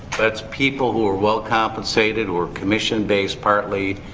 but it's people who are well compensated or commission based partly.